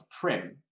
Prim